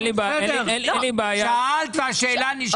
אין לי בעיה --- בסדר, שאלת והשאלה נשארת.